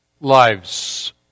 lives